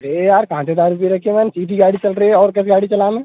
अरे यार कहाँ से दारू पी रखी है मैंने सीधी गाड़ी चल रही है और कैसे गाड़ी चला लें